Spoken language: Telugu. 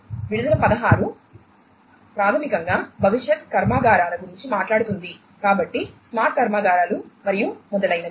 విడుదల 16 ప్రాథమికంగా భవిష్యత్ కర్మాగారాల గురించి మాట్లాడుతుంది కాబట్టి స్మార్ట్ కర్మాగారాలు మరియు మొదలైనవి